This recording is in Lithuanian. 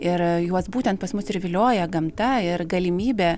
ir juos būtent pas mus ir vilioja gamta ir galimybė